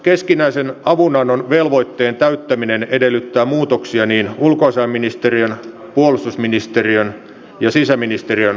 keskinäisen avunannon velvoitteen täyttäminen edellyttää muutoksia niin ulkoasiainministeriön puolustusministeriön ja sisäministeriön hallinnonalojen lainsäädäntöön